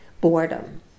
boredom